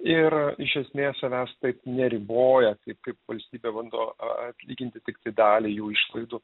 ir iš esmės savęs taip neriboja taip kaip valstybė bando atlyginti tiktai dalį jų išlaidų